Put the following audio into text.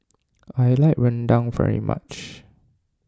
I like Rendang very much